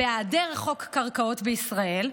בהיעדר חוק קרקעות בישראל,